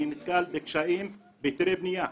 אני נתקל בקשיים בהיתרי בניה.